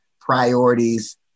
priorities